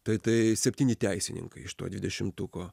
tai tai septyni teisininkai iš to dvidešimtuko